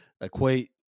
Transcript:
equate